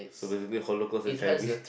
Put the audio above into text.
so basically holocaust is a Chinese